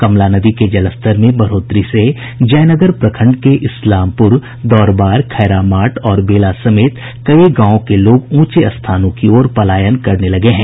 कमला नदी के जलस्तर में बढ़ोतरी से जयनगर प्रखंड के इस्लामपुर दौरबार खैरामाट और बेला समेत कई गांवों के लोग ऊंचे स्थानों की ओर पलायन करने लगे हैं